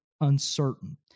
uncertain